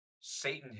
Satan